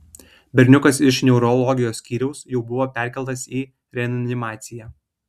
berniukas iš neurologijos skyriaus jau buvo perkeltas į reanimaciją